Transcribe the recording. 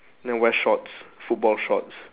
then wear shorts football shorts